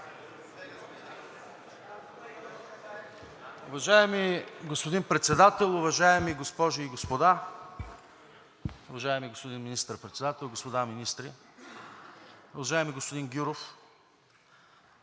Уважаеми господин Председател, уважаеми госпожи и господа, уважаеми господин Министър-председател, господа министри! Уважаеми господин Гюров,